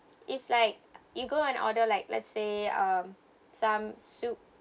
if like you go and order like let's say um some soup